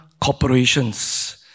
corporations